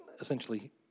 Essentially